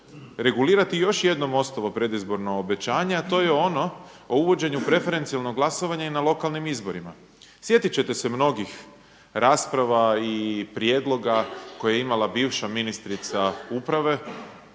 regulirati još jedno ostalo predizborno obećanje, a to je ono o uvođenju preferencijalnog glasovanja i na lokalnih izborima. Sjetit ćete se mnogih rasprava i prijedloga koje je imala bivša ministrica uprave,